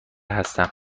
هستم